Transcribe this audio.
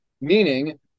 Meaning